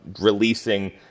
releasing